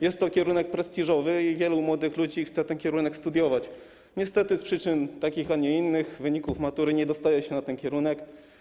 Jest to kierunek prestiżowy i wielu młodych ludzi chce na tym kierunku studiować, niestety z przyczyn takich, a nie innych, np. z powodu wyników matury, nie dostaje się na ten kierunek.